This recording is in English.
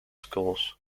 schools